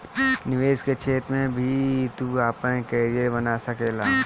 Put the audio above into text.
निवेश के क्षेत्र में भी तू आपन करियर बना सकेला